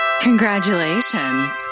Congratulations